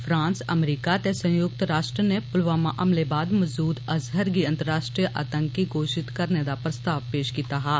France America ते संयुक्त राश्ट्र नै पुलवामा हमले बाद मजहूर अजहर गी आंतराश्ट्रीय आंतकी घोशित करने दा प्रस्ताव पेष कीत्ता हा